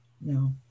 No